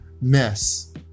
mess